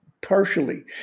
Partially